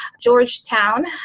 Georgetown